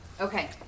Okay